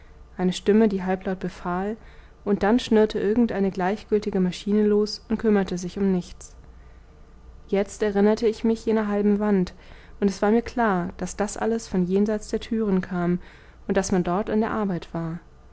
eine stimme die halblaut befahl und dann schnurrte irgend eine gleichgültige maschine los und kümmerte sich um nichts jetzt erinnerte ich mich jener halben wand und es war mir klar daß das alles von jenseits der türen kam und daß man dort an der arbeit war